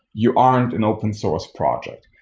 your aren't an open source project.